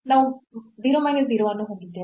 ನಾವು 0 ಮೈನಸ್ 0 ಅನ್ನು ಹೊಂದಿದ್ದೇವೆ